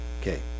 okay